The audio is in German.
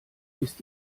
ist